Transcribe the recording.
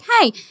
hey